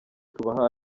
tubaha